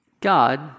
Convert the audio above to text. God